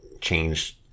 changed